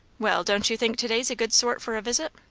well, don't you think to-day's a good sort for a visit?